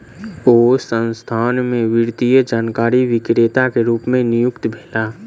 ओ संस्थान में वित्तीय जानकारी विक्रेता के रूप नियुक्त भेला